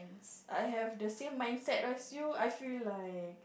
I have the same mindset as you I feel like